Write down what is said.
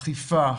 אכיפה,